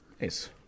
Nice